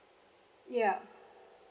ya